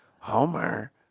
Homer